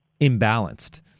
imbalanced